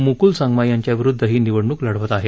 मुकुल संगमा यांच्या विरुद्ध ही निवडणूक लढवत आहेत